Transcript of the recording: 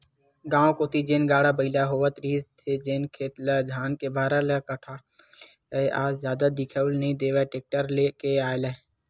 गाँव कोती जेन गाड़ा बइला होवत रिहिस हे जेनहा खेत ले धान के भारा ल कोठार तक लेगय आज जादा दिखउल नइ देय टेक्टर के आय ले